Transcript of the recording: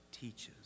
teaches